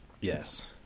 Yes